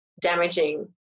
damaging